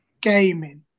Gaming